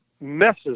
messes